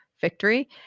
victory